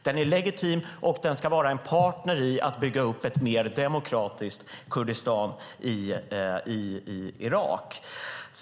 Den är legitim och den ska vara en partner i att bygga upp ett mer demokratiskt Kurdistan i Irak.